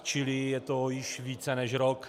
Čili je to již více než rok.